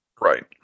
Right